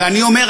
ואני אומר,